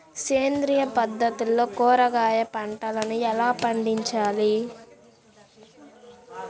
సేంద్రియ పద్ధతుల్లో కూరగాయ పంటలను ఎలా పండించాలి?